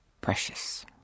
precious